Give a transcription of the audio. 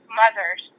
mothers